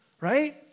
right